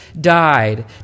died